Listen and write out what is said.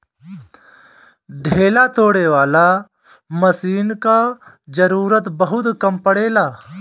ढेला तोड़े वाला मशीन कअ जरूरत बहुत कम पड़ेला